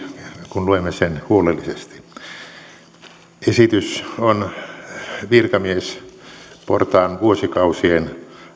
kun luemme sen huolellisesti esitys on virkamiesportaan vuosikausien